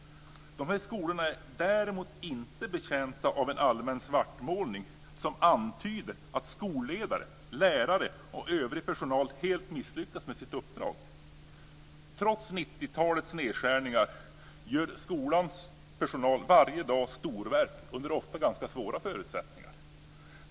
De här skolorna är däremot inte betjänta av en allmän svartmålning som antyder att skolledare, lärare och övrig personal helt misslyckats med sitt uppdrag. Trots 90-talets nedskärningar gör skolans personal varje dag storverk under ofta ganska svåra förutsättningar.